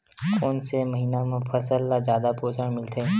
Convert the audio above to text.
कोन से महीना म फसल ल जादा पोषण मिलथे?